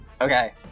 Okay